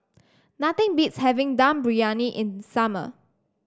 nothing beats having Dum Briyani in summer